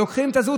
לוקחים את הזהות,